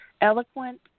eloquent